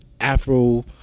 afro